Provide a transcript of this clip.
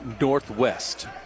Northwest